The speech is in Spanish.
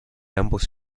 ambos